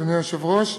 אדוני היושב-ראש,